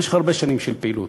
במשך הרבה שנים של פעילות,